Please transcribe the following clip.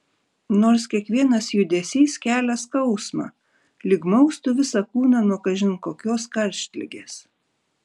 nors kiekvienas judesys kelia skausmą lyg maustų visą kūną nuo kažin kokios karštligės